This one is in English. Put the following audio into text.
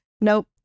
nope